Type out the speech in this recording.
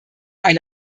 eine